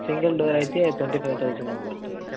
single door అయితే twenty five thousand ఏమో పడుతుంది